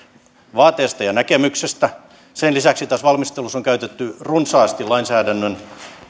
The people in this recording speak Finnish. vaateesta ja näkemyksestä sen lisäksi tässä valmistelussa on käytetty runsaasti lainsäädännön